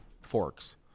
forks